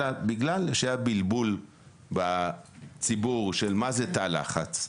אלא בגלל שהיה בלבול בציבור של מה זה תא לחץ.